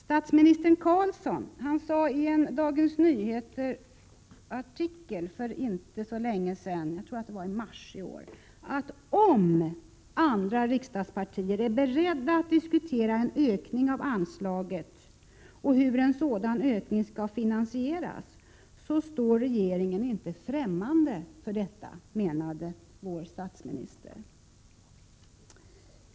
Statsminister Carlsson sade i en DN-artikel för inte så länge sedan — jag tror att det var i mars i år — att regeringen inte står främmande för att diskutera en ökning av anslaget och hur en sådan ökning skall finansieras, om också andra riksdagspartier är beredda att diskutera frågan.